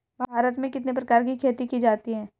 भारत में कितने प्रकार की खेती की जाती हैं?